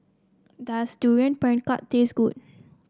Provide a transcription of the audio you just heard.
does Durian Pengat taste good